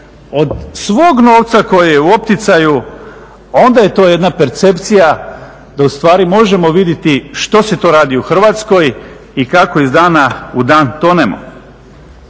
od svog novca koje je u opticaju onda je to jedna percepcija da u stvari možemo vidjeti što se to radi u Hrvatskoj i kako iz dana u dan tonemo.